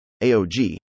AOG